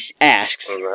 asks